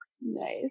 Nice